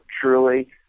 truly